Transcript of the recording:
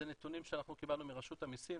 זה נתונים שקיבלנו מרשות המסים,